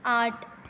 आठ